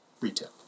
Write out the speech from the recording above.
retail